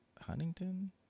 Huntington